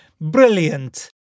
brilliant